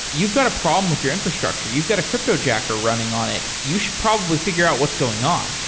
you've got a problem with your infrastructure. you've got a cryptojacker running on it. you should probably figure out what's going on.